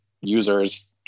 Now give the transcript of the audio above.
users